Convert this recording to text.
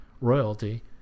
royalty